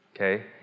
okay